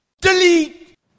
Delete